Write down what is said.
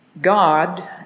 God